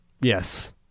Yes